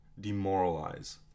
demoralize